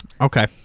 Okay